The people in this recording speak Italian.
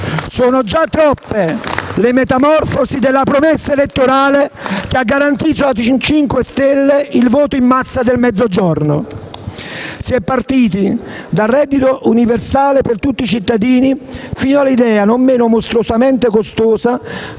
Sono già troppe le metamorfosi della promessa elettorale che ha garantito al MoVimento 5 Stelle il voto in massa del Mezzogiorno. Si è partiti dal reddito universale per tutti i cittadini, passando per l'idea - non meno mostruosamente costosa